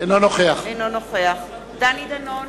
אינו נוכח דני דנון,